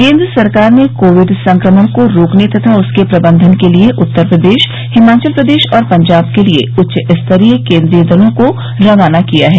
केन्द्र सरकार ने कोविड संक्रमण को रोकने तथा उसके प्रबंधन के लिए उत्तर प्रदेश हिमाचल प्रदेश और पंजाब के लिए उच्च स्तरीय केन्द्रीय दलों को रवाना किया है